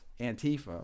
Antifa